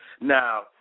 Now